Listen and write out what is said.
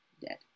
Dead